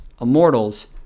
Immortals